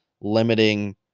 limiting